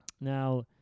Now